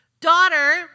Daughter